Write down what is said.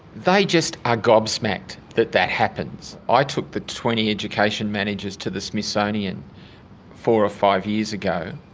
they just are gobsmacked that that happens. i took the twenty education managers to the smithsonian four or five years ago.